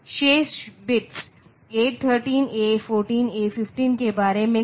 शेष bits A13 A14 A15 के बारे में क्या